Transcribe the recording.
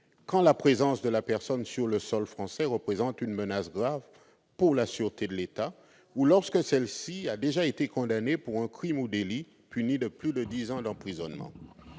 quand la présence de la personne sur le sol français représente une menace grave pour la sûreté de l'État ou lorsque celle-ci a déjà été condamnée pour un crime ou délit puni de plus de dix ans d'emprisonnement.